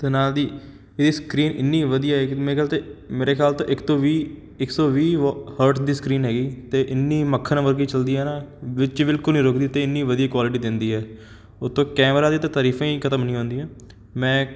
ਅਤੇ ਨਾ ਇਹਦੀ ਇਹਦੀ ਸਕਰੀਨ ਇੰਨੀ ਵਧੀਆ ਹੈ ਕਿ ਮੇਰੇ ਖਿਆਲ 'ਤੇ ਮੇਰੇ ਖਿਆਲ ਤੋਂ ਇੱਕ ਤੋਂ ਵੀਹ ਇੱਕ ਸੌ ਵੀਹ ਵ ਹਰਟ ਦੀ ਸਕਰੀਨ ਹੈਗੀ ਅਤੇ ਇੰਨੀ ਮੱਖਣ ਵਰਗੀ ਚਲਦੀ ਹੈ ਨਾ ਵਿੱਚ ਬਿਲਕੁਲ ਨਹੀਂ ਰੁਕਦੀ ਅਤੇ ਇੰਨੀ ਵਧੀਆ ਕੁਆਲਿਟੀ ਦਿੰਦੀ ਹੈ ਉਤੋਂ ਕੈਮਰਾ ਦੀ ਤਾਂ ਤਰੀਫਾਂ ਹੀ ਖ਼ਤਮ ਨਹੀਂ ਹੁੰਦੀਆਂ ਮੈਂ